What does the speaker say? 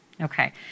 okay